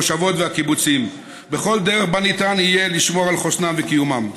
המושבות והקיבוצים בכל דרך שבה ניתן יהיה לשמור על חוסנם וקיומם.